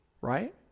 right